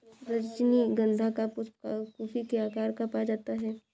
रजनीगंधा का पुष्प कुपी के आकार का पाया जाता है